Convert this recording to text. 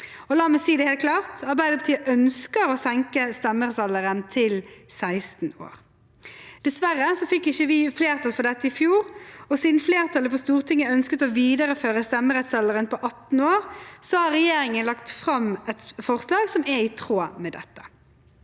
Arbeiderpartiet ønsker å senke stemmerettsalderen til 16 år. Dessverre fikk ikke vi flertall for dette i fjor, og siden flertallet på Stortinget ønsket å videreføre stemmerettsalderen på 18 år, har regjeringen lagt fram et forslag som er i tråd med dette.